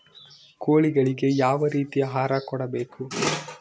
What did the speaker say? ಕೋಳಿಗಳಿಗೆ ಯಾವ ರೇತಿಯ ಆಹಾರ ಕೊಡಬೇಕು?